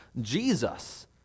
Jesus